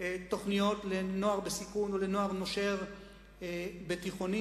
תוכניות לנוער בסיכון ולנוער נושר בתיכונים.